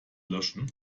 löschen